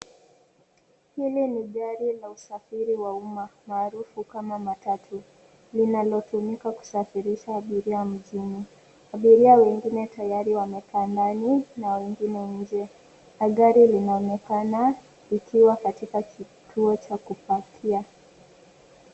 Hili ni gari la usafiri wa uma maarufu kama matatu linalotumika kusafirisha abiria mjini. Abiria wengine tayari wamekaa ndani na wengine nje na gari linaonekana likiwa katika kituo cha kupakia.